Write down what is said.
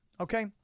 Okay